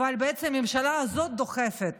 אבל בעצם הממשלה הזאת דוחפת